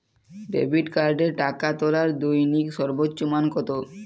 Debit কার্ডে টাকা তোলার দৈনিক সর্বোচ্চ মান কতো?